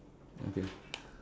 okay